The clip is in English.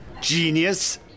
Genius